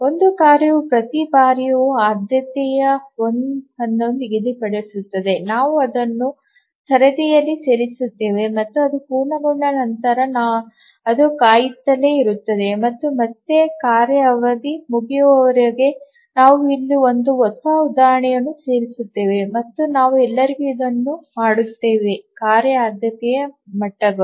ಒಂದು ಕಾರ್ಯವು ಪ್ರತಿ ಬಾರಿಯೂ ಆದ್ಯತೆಯ 1 ಅನ್ನು ನಿಗದಿಪಡಿಸಿದರೆ ನಾವು ಅದನ್ನು ಸರದಿಯಲ್ಲಿ ಸೇರಿಸುತ್ತೇವೆ ಮತ್ತು ಅದು ಪೂರ್ಣಗೊಂಡ ನಂತರ ಅದು ಕಾಯುತ್ತಲೇ ಇರುತ್ತದೆ ಮತ್ತು ಮತ್ತೆ ಕಾರ್ಯ ಅವಧಿ ಮುಗಿಯುವವರೆಗೆ ನಾವು ಇಲ್ಲಿ ಒಂದು ಹೊಸ ಉದಾಹರಣೆಯನ್ನು ಸೇರಿಸುತ್ತೇವೆ ಮತ್ತು ನಾವು ಎಲ್ಲರಿಗೂ ಇದನ್ನು ಮಾಡುತ್ತೇವೆ ಕಾರ್ಯ ಆದ್ಯತೆಯ ಮಟ್ಟಗಳು